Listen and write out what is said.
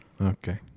okay